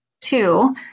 two